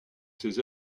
ses